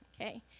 Okay